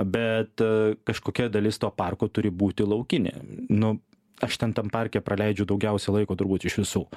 bet kažkokia dalis to parko turi būti laukinė nu aš ten tam parke praleidžiu daugiausia laiko turbūt iš visų